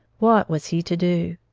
what was he to do?